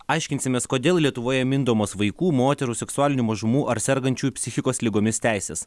aiškinsimės kodėl lietuvoje mindomos vaikų moterų seksualinių mažumų ar sergančių psichikos ligomis teisės